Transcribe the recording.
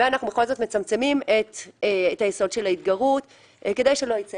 ואנחנו בכל זאת מצמצמים את יסוד ההתגרות כדי שלא יצא